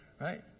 Right